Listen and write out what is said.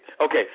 Okay